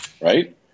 right